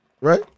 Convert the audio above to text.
right